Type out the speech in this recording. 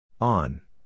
On